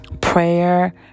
prayer